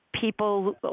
people